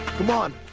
come on!